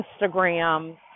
Instagram